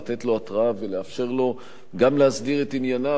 לתת לו התראה ולאפשר לו גם להסדיר את ענייניו